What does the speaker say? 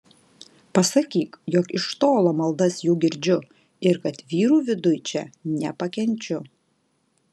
pasakyk jog iš tolo maldas jų girdžiu ir kad vyrų viduj čia nepakenčiu